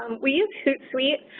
we use hootsuite.